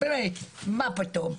מה פתאום.